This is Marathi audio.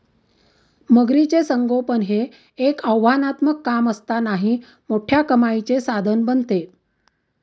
मगरीचे संगोपन हे एक आव्हानात्मक काम असतानाही मोठ्या कमाईचे साधन बनते